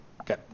okay